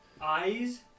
eyes